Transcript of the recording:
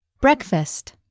Breakfast